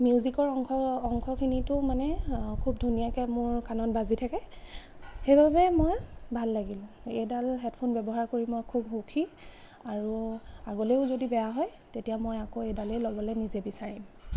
মিউজিকৰ অংশ অংশখিনিটো মানে খুব ধুনীয়াকৈ মোৰ কাণত বাজি থাকে সেইবাবে মই ভাল লাগিল এইডাল হেডফোন ব্য়ৱহাৰ কৰি মই খুব সুখী আৰু আগলেও যদি বেয়া হয় তেতিয়া মই আকৌ এইডালেই ল'বলৈ নিজে বিচাৰিম